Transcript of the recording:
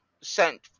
sent